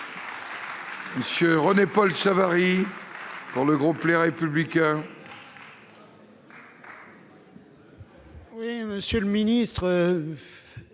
M. René-Paul Savary, pour le groupe Les Républicains.